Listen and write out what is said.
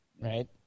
Right